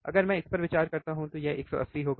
अगर मैं इस पर विचार करता हूं तो यह 180 होगा